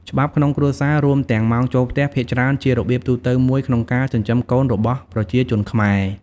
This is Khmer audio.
ច្បាប់ក្នុងគ្រួសារ រួមទាំងម៉ោងចូលផ្ទះ ភាគច្រើនជារបៀបទូទៅមួយក្នុងការចិញ្ចឹមកូនរបស់ប្រជាជនខ្មែរ។